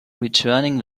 returning